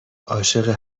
عاشق